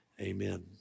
Amen